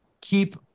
keep